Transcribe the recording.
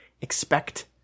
expect